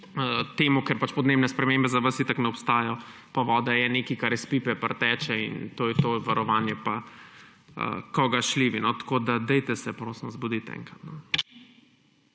temu, ker pač podnebne spremembe za vas itak ne obstajajo, pa voda je nekaj, kar iz pipe priteče in to je to, varovanje pa – »ko ga šljivi«. Dajte se prosim zbuditi enkrat.